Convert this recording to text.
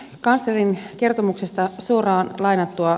oikeuskanslerin kertomuksesta suoraan lainattua